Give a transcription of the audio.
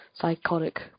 psychotic